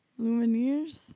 Luminaires